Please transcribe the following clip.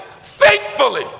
faithfully